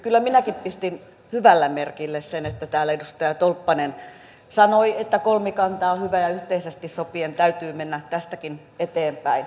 kyllä minäkin pistin hyvällä merkille sen että täällä edustaja tolppanen sanoi että kolmikanta on hyvä ja yhteisesti sopien täytyy mennä tästäkin eteenpäin